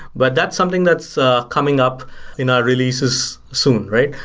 but that's something that's ah coming up in our releases soon, right?